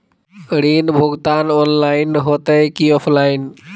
ऋण भुगतान ऑनलाइन होते की ऑफलाइन?